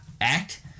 act